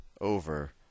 over